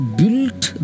built